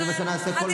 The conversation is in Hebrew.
זה מה שנעשה כל נאום.